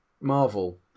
Marvel